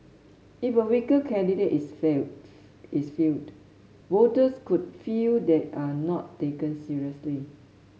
if a weaker candidate is fell is fielded voters could feel they are not taken seriously